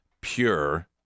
pure